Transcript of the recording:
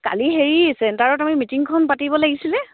কালি হেৰি চেণ্টাৰত আমি মিটিংখন পাতিব লাগিছিলে